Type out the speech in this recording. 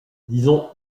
disons